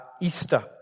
Easter